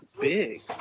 big